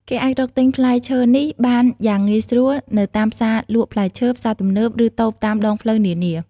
គេអាចរកទិញផ្លែឈើនេះបានយ៉ាងងាយស្រួលនៅតាមផ្សារលក់ផ្លែឈើ ផ្សារទំនើប និងតូបតាមដងផ្លូវនានា។